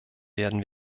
werden